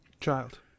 child